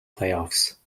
playoffs